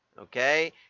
Okay